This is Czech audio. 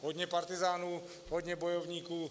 Hodně partyzánů, hodně bojovníků.